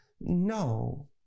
No